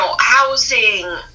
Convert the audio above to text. housing